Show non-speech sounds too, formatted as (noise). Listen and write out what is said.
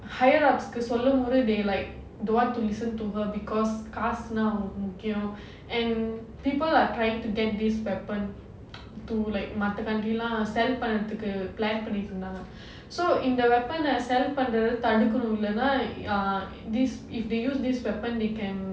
higher ups சொல்லும்போது:sollumpodhu they like don't want to listen to her because காசுன்னா அவங்களுக்கு முக்கியம்:kaasunnaa avangaluku mukkiyam and people are trying to get this weapon (noise) to like மத்த:matha country லாம்:laam sell பண்றதுக்கு:pandrathakku plan பண்ணிக்கிட்டுயிருந்தாங்க:pannikkituirundhaanga so in the weapon sell பண்றத தடக்கனும்:pandratha thadakanum err this if they use this weapon they can